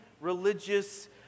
religious